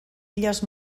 illes